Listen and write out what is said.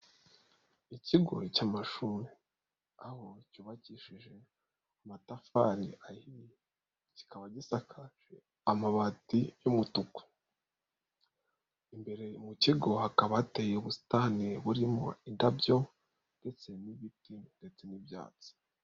Ikigo cy'amashuri aho cyubakishije amatafari kiba gisakaje amabati y'umutuku, imbere mu kigo hakaba hateye ubusitani burimo indabyo ndetse n'ibiti ndetse n'ibyatsi.